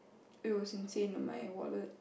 it was insane in my wallet